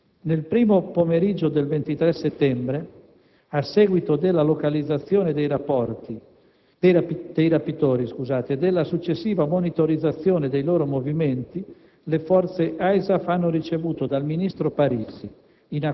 Nel primo pomeriggio del 23 settembre, a seguito della localizzazione dei rapitori e della successiva monitorizzazione dei loro movimenti, le forze ISAF hanno ricevuto dal ministro Parisi,